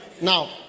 Now